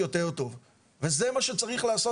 לעשות